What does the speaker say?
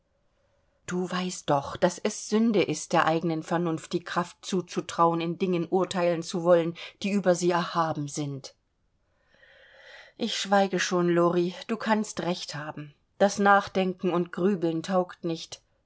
du weißt doch daß es sünde ist der eigenen vernunft die kraft zuzutrauen in dingen urteilen zu wollen die über sie erhaben sind ich schweige schon lori du kannst recht haben das nachdenken und grübeln taugt nicht